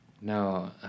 No